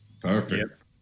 Perfect